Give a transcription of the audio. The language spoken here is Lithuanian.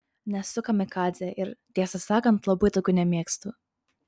nesu kamikadzė ir tiesą sakant labai tokių nemėgstu